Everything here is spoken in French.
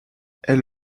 elle